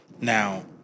Now